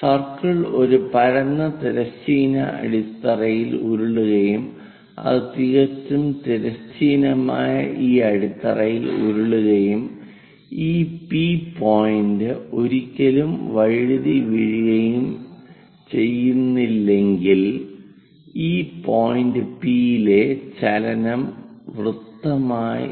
circle ഒരു പരന്ന തിരശ്ചീന അടിത്തറയിൽ ഉരുളുകയും അത് തികച്ചും തിരശ്ചീനമായ ഈ അടിത്തറയിൽ ഉരുളുകയും ഈ പി പോയിന്റ് ഒരിക്കലും വഴുതിവീഴുകയും ചെയ്യുന്നില്ലെങ്കിൽ ഈ പി പോയിന്റിലെ ചലനം വൃത്തമായി